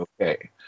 okay